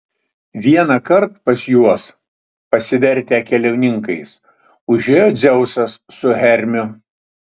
vienąkart pas juos pasivertę keliauninkais užėjo dzeusas su hermiu